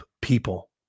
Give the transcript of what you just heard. people